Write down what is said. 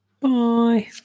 Bye